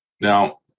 Now